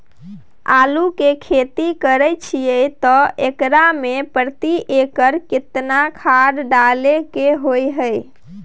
आलू के खेती करे छिये त एकरा मे प्रति एकर केतना खाद डालय के होय हय?